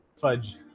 Fudge